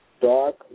Dark